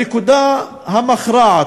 הנקודה המכרעת,